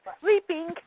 sleeping